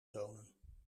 tonen